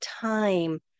time